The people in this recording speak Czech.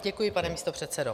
Děkuji, pane místopředsedo.